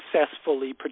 Successfully